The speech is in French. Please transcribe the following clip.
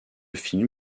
film